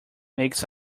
makes